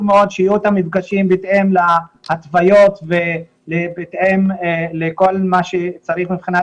מאוד שיהיו את המפגשים בהתאם להתוויות ובהתאם לכל מה שצריך מבחינת